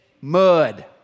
mud